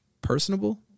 personable